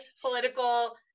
political